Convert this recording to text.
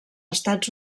estats